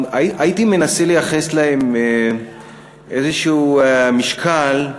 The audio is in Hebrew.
הייתי מנסה לייחס להם איזשהו משקל,